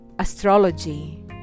Astrology